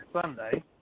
Sunday